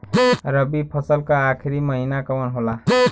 रवि फसल क आखरी महीना कवन होला?